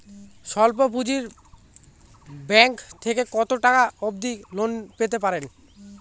স্বল্প পুঁজির ব্যাংক থেকে কত টাকা অবধি ঋণ পেতে পারি?